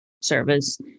service